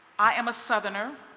i am a southerner.